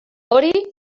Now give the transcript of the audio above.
hori